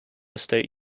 state